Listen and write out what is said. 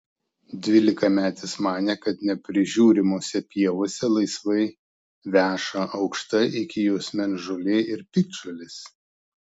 dvylikametis manė kad neprižiūrimose pievose laisvai veša aukšta iki juosmens žolė ir piktžolės